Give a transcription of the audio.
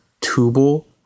tubal